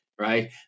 right